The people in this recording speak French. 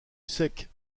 sec